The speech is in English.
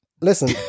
Listen